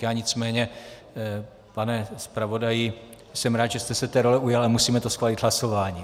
Já nicméně, pane zpravodaji, jsem rád, že jste se té role ujal, ale musíme to schválit hlasováním.